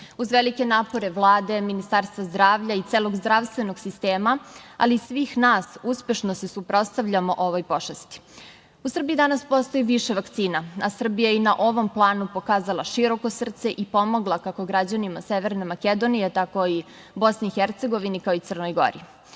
Uz velike napore Vlade, Ministarstva zdravlja i celog zdravstvenog sistema, ali i svih nas, uspešno se suprotstavljamo ovoj pošasti.U Srbiji danas postoji više vakcina, a Srbija je i na ovom planu pokazala široko srce i pomogla kako građanima Severne Makedonije, tako i Bosni i Hercegovini, kao i Crnoj